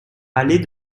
allée